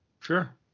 Sure